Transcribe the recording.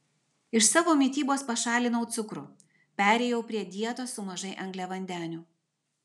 iš savo mitybos pašalinau cukrų perėjau prie dietos su mažai angliavandenių